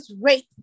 rape